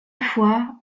foi